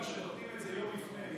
כי כשאתם נותנים את זה יום לפני,